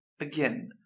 Again